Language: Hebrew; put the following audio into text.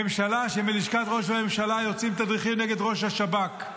ממשלה שמלשכת ראש הממשלה יוצאים תדריכים נגד ראש השב"כ,